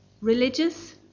religious